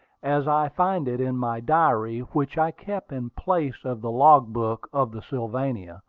as i find it in my diary, which i kept in place of the logbook of the sylvania,